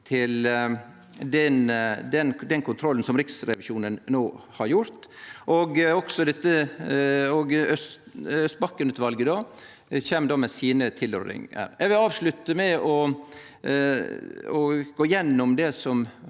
til den kontrollen som Riksrevisjonen no har gjort, og Nøstbakken-utvalet kjem med sine tilrådingar. Eg vil avslutte med å gå gjennom det som